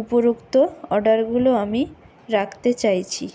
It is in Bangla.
উপরোক্ত অর্ডারগুলো আমি রাখতে চাইছি